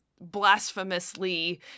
blasphemously